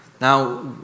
Now